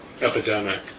epidemic